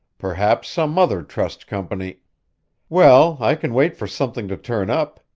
perhaps some other trust company well, i can wait for something to turn up,